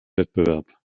wettbewerb